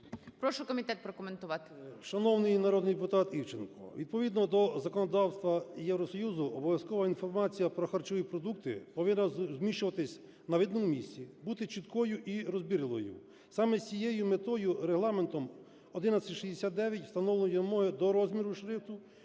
Прошу комітет прокоментувати. 13:36:36 ЮРЧИШИН П.В. Шановний народний депутат Івченко, відповідно до законодавства Євросоюзу обов'язкова інформація про харчові продукти повинна розміщуватись на видному місці, бути чіткою і розбірливою. Саме з цією метою Регламентом 1169 встановлені вимоги до розміру шрифту,